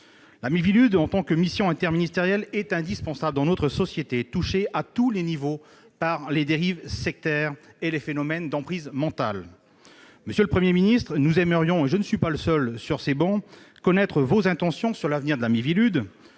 matière de police judiciaire ? La Miviludes est indispensable dans notre société, touchée à tous les niveaux par les dérives sectaires et les phénomènes d'emprise mentale. Monsieur le Premier ministre, j'aimerais- et je ne suis pas le seul sur ces travées -connaître vos intentions quant à l'avenir de la Miviludes